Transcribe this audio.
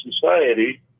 society